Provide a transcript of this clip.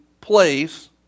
place